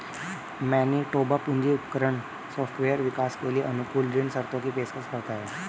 Manitoba पूंजी उपकरण और सॉफ्टवेयर विकास के लिए अनुकूल ऋण शर्तों की पेशकश करता है